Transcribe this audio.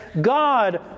God